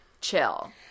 chill